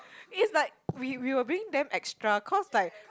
is like we we were being damn extra cause like